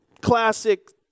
classic